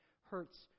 hurts